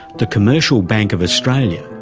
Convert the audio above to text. the commercial bank of australia,